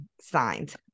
signed